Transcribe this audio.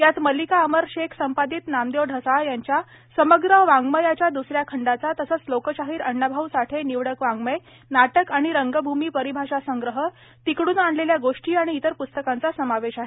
यात मलिका अमर शेख संपादित नामदेव ढसाळ यांच्या समग्र वाङ्मयाच्या द्सऱ्या खंडाचा तसंच लोकशाहीर अण्णाभाऊ साठे निवडक वाङ्मय नाटक आणि रंगभूमी परिभाषासंग्रह तिकडून आणलेल्या गोष्टी आणि इतर प्स्तकांचा समावेश आहे